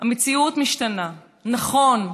המציאות משתנה, נכון,